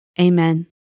amen